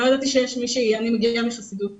היא מגיעה מחסידות גור.